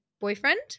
boyfriend